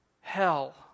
hell